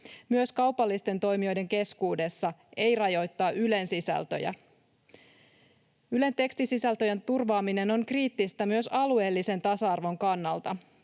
myös kaupallisten toimijoiden keskuudessa, ei rajoittaa Ylen sisältöjä. Ylen tekstisisältöjen turvaaminen on kriittistä myös alueellisen tasa-arvon kannalta.